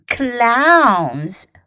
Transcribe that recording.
Clowns